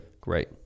Great